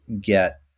get